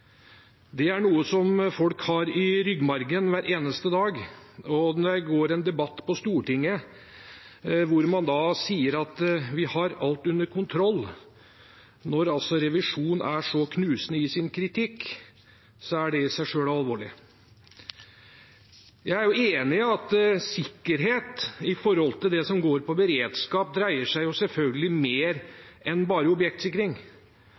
Det er noe som folk har i ryggmargen hver eneste dag. Og når det pågår en debatt i Stortinget hvor man sier at man har alt under kontroll, når Riksrevisjonen er så knusende i sin kritikk, er det i seg selv alvorlig. Jeg er enig i at sikkerhet med hensyn til det som går på beredskap, selvfølgelig dreier seg om mer enn bare objektsikring,